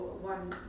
one